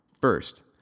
First